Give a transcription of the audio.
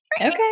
Okay